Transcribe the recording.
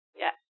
Yes